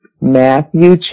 Matthew